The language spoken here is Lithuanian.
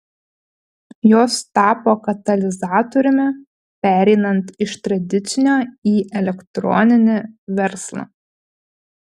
jos tapo katalizatoriumi pereinant iš tradicinio į elektroninį verslą